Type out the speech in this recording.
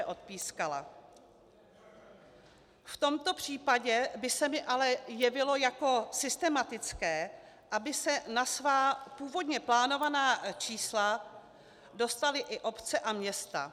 V tomto případě by se mi ale jevilo jako systematické, aby se na svá původně plánovaná čísla dostaly i obce a města.